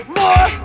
more